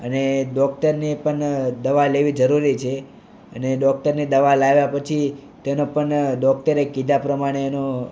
અને ડોક્ટરને પણ દવા લેવી જરૂરી છે અને ડોક્ટરની દવા લાવ્યા પછી તેનો પણ ડોક્ટરે કીધા પ્રમાણેનો